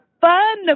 fun